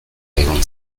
egon